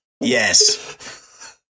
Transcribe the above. Yes